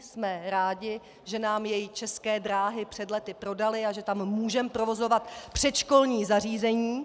Jsme rádi, že nám jej České dráhy před lety prodaly a že tam můžeme provozovat předškolní zařízení.